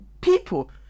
people